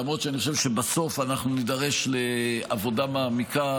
למרות שאני חושב שבסוף אנחנו נידרש לעבודה מעמיקה